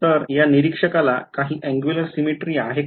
तर या निरीक्षकाला काही angular symmetry आहे का